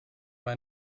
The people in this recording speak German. mal